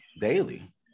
Daily